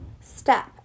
step